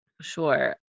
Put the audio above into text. Sure